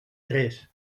tres